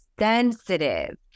sensitive